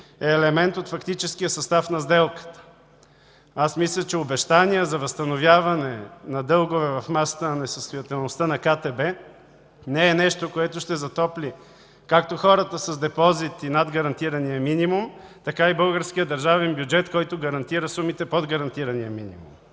е елемент от фактическия състав на сделката. Мисля, че обещания за възстановяване на дългове в масата на несъстоятелността на КТБ не е нещо, което ще затопли както хората с депозити над гарантирания минимум, така и българския държавен бюджет, което гарантира сумите под гарантираните към